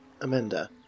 Amanda